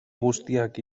guztiak